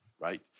right